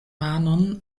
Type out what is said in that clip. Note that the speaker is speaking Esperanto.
manon